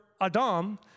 Adam